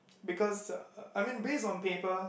because uh I mean based on paper